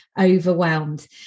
overwhelmed